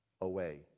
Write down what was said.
away